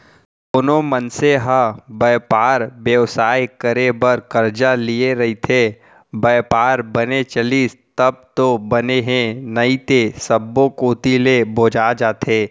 कोनो मनसे ह बयपार बेवसाय करे बर करजा लिये रइथे, बयपार बने चलिस तब तो बने हे नइते सब्बो कोती ले बोजा जथे